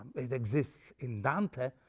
it exists in dante,